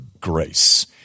grace